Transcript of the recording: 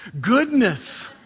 goodness